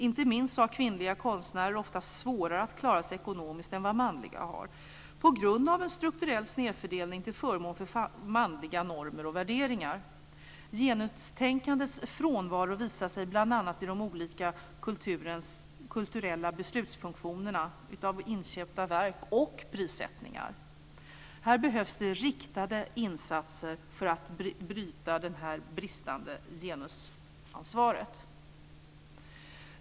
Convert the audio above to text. Inte minst har kvinnliga konstnärer oftast svårare att klara sig ekonomiskt än vad manliga har på grund av en strukturell snedfördelning till förmån för manliga normer och värderingar. Genustänkandets frånvaro visar sig bl.a. i de olika kulturella beslutsfunktionerna. Det gäller inköpta verk och prissättningar. Det behövs riktade insatser för att bryta det bristande genusansvaret.